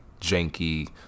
janky